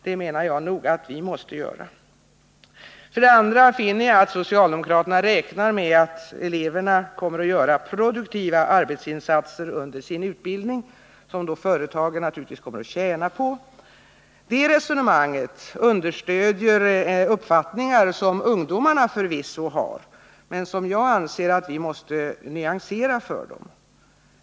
Det menar jag att vi måste göra i det här fallet. Jag kan för det andra finna den skillnaden att socialdemokraterna räknar med att eleverna kommer att göra produktiva arbetsinsatser under sin utbildning, som då företagen kommer att tjäna på. Det resonemanget understödjer uppfattningar som ungdomarna förvisso har men som jag anser att vi måste nyansera för dem.